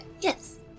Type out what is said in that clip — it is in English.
Yes